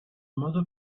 modo